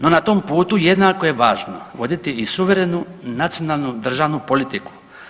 No na tom putu jednako je važno voditi i suverenu nacionalnu državnu politiku.